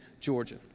Georgia